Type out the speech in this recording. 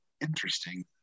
interesting